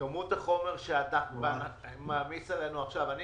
כמות החומר שאתה מעמיס עלינו עכשיו, היא גדולה.